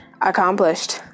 accomplished